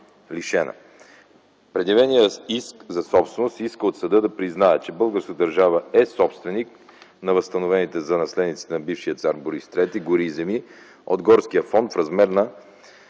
Предявеният иск за собственост иска от съда да признае, че българската държава е собственик на възстановените за наследниците на бившия цар Борис ІІІ гори и земи от горския фонд в размер на